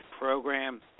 program